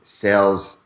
sales